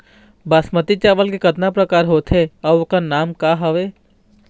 बासमती चावल के कतना प्रकार होथे अउ ओकर नाम क हवे?